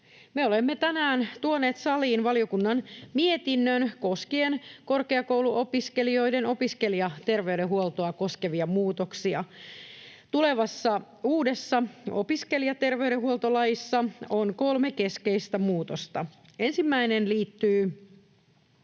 olemme tänään tuoneet saliin valiokunnan mietinnön koskien korkeakouluopiskelijoiden opiskelijaterveydenhuoltoa koskevia muutoksia. Tulevassa uudessa opiskelijaterveydenhuoltolaissa on kolme keskeistä muutosta. Ensimmäinen liittyy